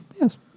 Yes